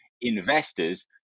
investors